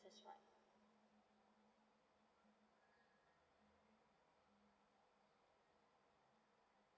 that's right